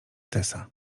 tesa